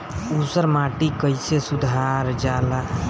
ऊसर माटी कईसे सुधार जाला?